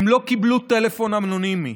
הן לא קיבלו טלפון אנונימי,